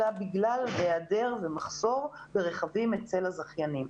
אלא בגלל היעדר ומחסור ברכבים אצל הזכיינים.